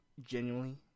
genuinely